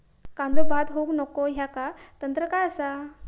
कांदो बाद होऊक नको ह्याका तंत्र काय असा?